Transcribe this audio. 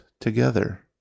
together